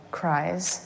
cries